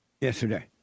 yesterday